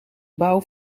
bouw